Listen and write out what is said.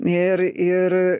ir ir